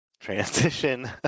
Transition